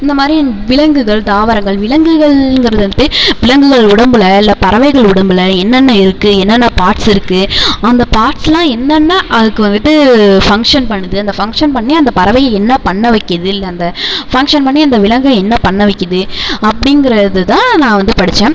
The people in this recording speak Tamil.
இந்த மாதிரி விலங்குகள் தாவரங்கள் விலங்குகள்ங்கிறது வந்துட்டு விலங்குகள் உடம்பில் இல்லை பறவைகள் உடம்பில் என்னென்ன இருக்குது என்னென்ன பார்ட்ஸ் இருக்குது அந்த பார்ட்ஸ்லாம் என்னென்ன அதுக்கு வந்துட்டு ஃபங்ஷன் பண்ணுது அந்த ஃபங்ஷன் பண்ணி அந்த பறவையை என்ன பண்ண வைக்கிது அந்த ஃபங்ஷன் பண்ணி அந்த விலங்கை என்ன பண்ண வைக்கிது அப்படிங்குறதுதான் நான் வந்து படிச்சேன்